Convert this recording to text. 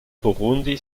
burundi